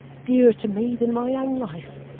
dearer to me than my own life.